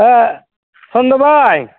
अ सन्द' भाइ